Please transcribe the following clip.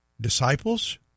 disciples